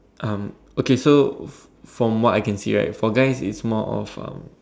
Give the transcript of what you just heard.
um okay so from what I can see right for guys it's more of um